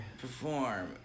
perform